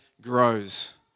grows